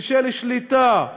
ושל שליטה,